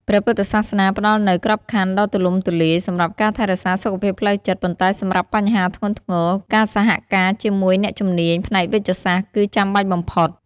ព្រះពុទ្ធសាសនាផ្ដល់នូវក្របខ័ណ្ឌដ៏ទូលំទូលាយសម្រាប់ការថែរក្សាសុខភាពផ្លូវចិត្ត ប៉ុន្តែសម្រាប់បញ្ហាធ្ងន់ធ្ងរ ការសហការជាមួយអ្នកជំនាញផ្នែកវេជ្ជសាស្ត្រគឺចាំបាច់បំផុត។